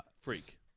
Freak